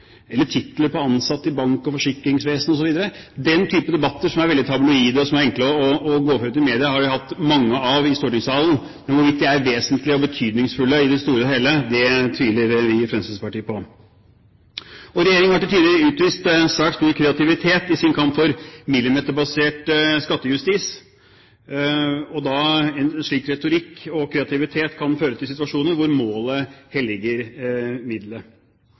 eller titler på ansatte i bank- og forsikringsvesen, osv. Den type debatter – som er veldig tabloide, og som er enkle å gå ut med i media – har vi hatt mange av i stortingssalen. Men hvorvidt de er vesentlige og betydningsfulle i det store og hele, tviler vi i Fremskrittspartiet på. Regjeringen har til tider utvist svært stor kreativitet i sin kamp for millimeterbasert skattejustis. En slik retorikk og kreativitet kan føre til situasjoner hvor målet